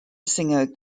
singer